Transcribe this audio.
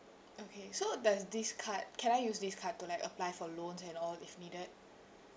okay so does this card can I use this card to like apply for loans and all if needed